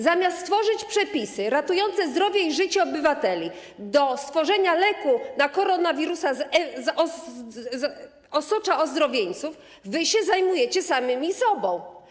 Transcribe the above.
Zamiast stworzyć przepisy ratujące zdrowie i życie obywateli, umożliwiające stworzenie leku na koronawirusa z osocza ozdrowieńców, wy się zajmujecie sami sobą.